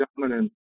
dominant